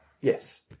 Yes